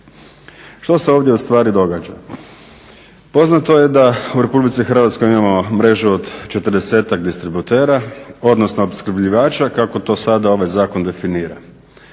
Što se ovdje ustvari događa? Poznato je da u RH mi imamo mrežu od četrdesetak distributera, odnosno opskrbljivača kako to sada ovaj zakon definira.